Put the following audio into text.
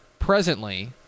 Presently